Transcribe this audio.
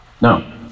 No